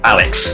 Alex